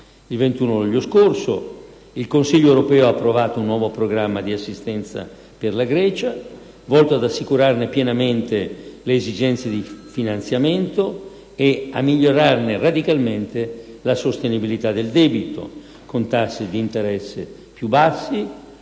Il 21 luglio scorso il Consiglio europeo ha approvato un nuovo programma di assistenza per la Grecia, volto ad assicurarne pienamente le esigenze di finanziamento e a migliorarne radicalmente la sostenibilità del debito, con tassi di interesse più bassi,